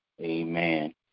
amen